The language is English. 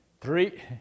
Three